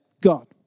God